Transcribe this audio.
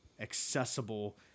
accessible